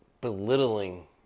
belittling